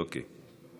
אוקיי.